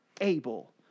able